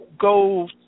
go